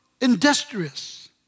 industrious